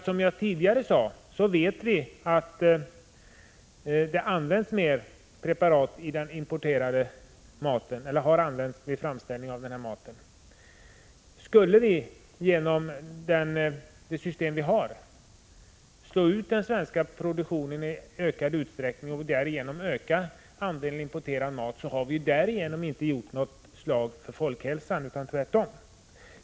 Som jag tidigare sade, vet vi att det har använts fler preparat vid framställningen av den mat som importeras. Skulle vi genom det system vi har slå ut den svenska produktionen i ökad utsträckning och på så sätt öka andelen importerad mat, slår vi inte något slag för folkhälsan — tvärtom.